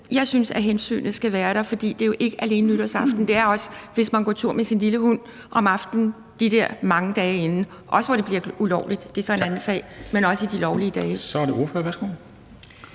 Jeg synes, at hensynet skal være der, for det er jo ikke alene nytårsaften, det er også, hvis man går tur med sin lille hund om aftenen de der mange dage inden, også hvor det er ulovligt, og det er så en anden sag, men også de lovlige dage. Kl. 11:00 Formanden (Henrik